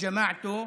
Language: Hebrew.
ולחבורה שלו.